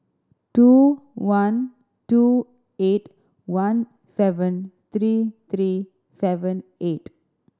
two one two eight one seven three three seven eight